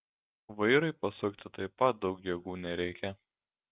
vairui pasukti taip pat daug jėgų nereikia